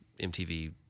MTV